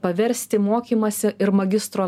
paversti mokymąsi ir magistro